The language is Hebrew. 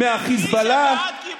מהחיזבאללה?